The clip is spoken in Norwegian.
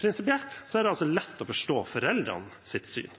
Prinsipielt er det lett å forstå foreldrenes syn.